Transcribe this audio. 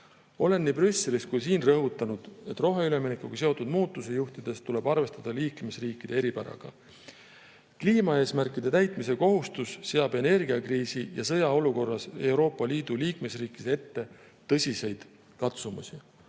Olen nii Brüsselis kui ka siin rõhutanud, et roheüleminekuga seotud muutusi juhtides tuleb arvestada liikmesriikide eripäradega. Kliimaeesmärkide täitmise kohustus seab energiakriisi ja sõja olukorras Euroopa Liidu liikmesriikide ette tõsiseid katsumusi.